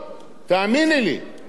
אז אתה, אבי דיכטר,